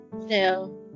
No